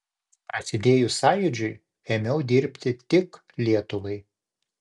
prasidėjus sąjūdžiui ėmiau dirbti tik lietuvai